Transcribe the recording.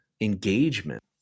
engagement